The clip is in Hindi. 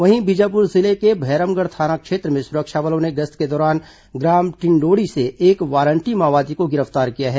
वहीं बीजापुर जिले के भैरमगढ़ थाना क्षेत्र में सुरक्षा बलों ने गश्त के दौरान ग्राम टिंडोड़ी से एक वारंटी माओवादी को गिरफ्तार किया है